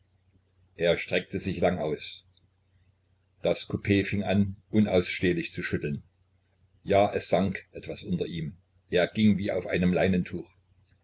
er streckte sich lang aus das coup fing an unausstehlich zu schütteln ja es sank etwas unter ihm er ging wie auf einem leinentuch